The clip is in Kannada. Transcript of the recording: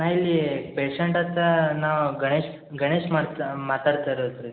ನಾ ಇಲ್ಲಿ ಪೇಶಂಟ್ ಹತ್ರ ನಾವು ಗಣೇಶ ಗಣೇಶ ಮಾತಾಡ್ತಾ ಇರೋದು ರೀ